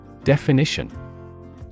Definition